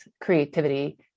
creativity